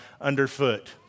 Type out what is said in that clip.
underfoot